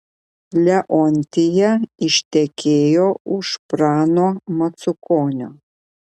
leontija ištekėjo už prano macukonio